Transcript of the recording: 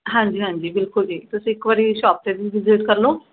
ਹਾਂਜੀ ਹਾਂਜੀ ਬਿਲਕੁਲ ਜੀ ਤੁਸੀਂ ਇੱਕ ਵਾਰੀ ਸ਼ੋਪ 'ਤੇ ਵੀ ਵਿਜ਼ਿਟ ਕਰ ਲਉ